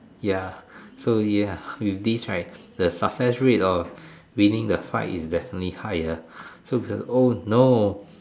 ya so ya with this right the success rate of winning the fight is definitely higher so like oh no